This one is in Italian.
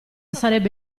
sarebbe